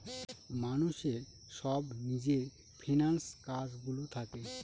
মানুষের সব নিজের ফিন্যান্স কাজ গুলো থাকে